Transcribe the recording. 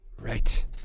Right